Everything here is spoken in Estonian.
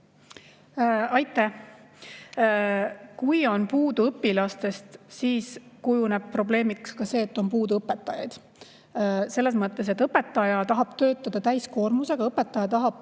Aitäh! Kui on puudu õpilastest, siis kujuneb probleemiks ka see, et on puudu õpetajaid. Selles mõttes, et õpetaja tahab töötada täiskoormusega, õpetaja tahab